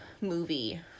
movie